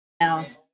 now